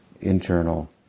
internal